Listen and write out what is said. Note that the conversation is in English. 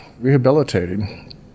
rehabilitating